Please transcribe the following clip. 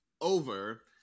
over